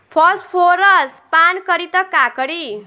Phosphorus पान करी त का करी?